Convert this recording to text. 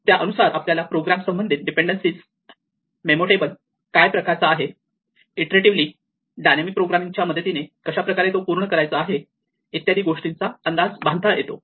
त्या अनुसार आपल्याला प्रोग्राम संबंधित डिपेंडेन्सिज मेमो टेबल काय प्रकारचा आहे इटरेटिव्हली डायनॅमिक प्रोग्रामिंग च्या मदतीने कशाप्रकारे तो पूर्ण करायचा आहे इत्यादी गोष्टींचा अंदाज बांधता येतो